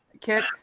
Kit